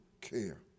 care